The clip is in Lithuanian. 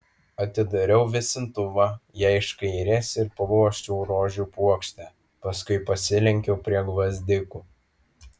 atidariau vėsintuvą jai iš kairės ir pauosčiau rožių puokštę paskui pasilenkiau prie gvazdikų